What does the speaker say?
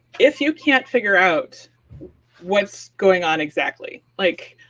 if you can't figure out what's going on exactly, like,